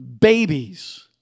babies